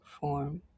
form